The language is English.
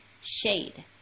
Shade